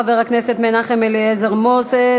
חבר הכנסת מנחם אליעזר מוזס,